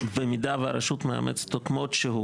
במידה והרשות מאמצת אותו כמות שהוא,